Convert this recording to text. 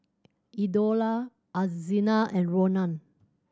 Eudora Alzina and Ronan